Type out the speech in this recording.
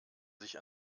sich